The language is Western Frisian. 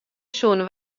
soene